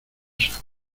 esos